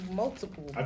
multiple